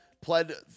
pled